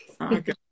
okay